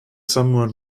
somewhat